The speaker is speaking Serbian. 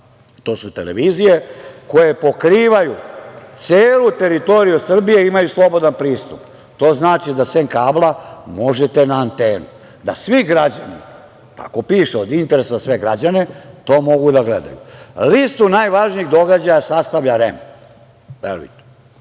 to su televizije koje pokrivaju celu teritoriju Srbije i imaju slobodan pristup. To znači da sem kabla možete na antenu, da svi građani, tako piše ovde, od interesa za sve građane, to mogu da gledaju. Listu najvažnijih događaja sastavlja REM.E